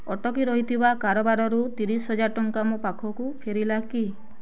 ଅଟକି ରହିଥିବା କାରବାରରୁ ତିରିଶି ହଜାର ଟଙ୍କା ମୋ ପାଖକୁ ଫେରିଲା କି